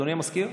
אדוני המזכיר?